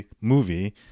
movie